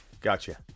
Gotcha